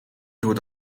төвд